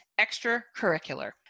Extracurricular